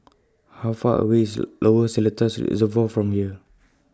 How Far away IS Lower Seletar Reservoir from here